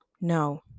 No